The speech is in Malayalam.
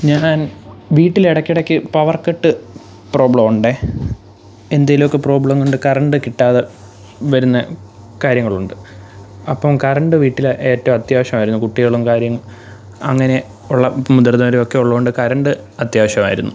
ഞാൻ വീട്ടൽ ഇടക്കിടക്ക് പവർ കട്ട് പ്രോബ്ലം ഉണ്ട് എന്തേലുമൊക്കെ പ്രോബ്ലം കൊണ്ട് കറണ്ട് കിട്ടാതെ വരുന്ന കാര്യങ്ങളുണ്ട് അപ്പം കറണ്ട് വീട്ടിൽ ഏറ്റോം അത്യാവശ്യമായിരുന്നു കുട്ടികളും കാര്യം അങ്ങനെ ഒള്ള മുതിർന്നവരുവൊക്കെ ഉള്ളത് കൊണ്ട് കറണ്ട് അത്യാവശ്യമായിരുന്നു